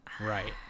Right